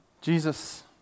Jesus